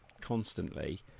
constantly